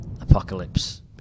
Apocalypse